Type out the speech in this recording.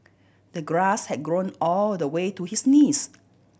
the grass had grown all the way to his knees